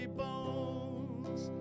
bones